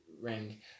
ring